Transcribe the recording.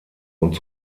und